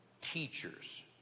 teachers